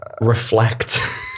Reflect